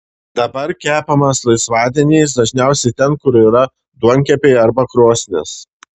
dabar kepamas laisvadieniais dažniausiai ten kur yra duonkepiai arba krosnys